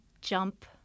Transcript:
jump